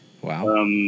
Wow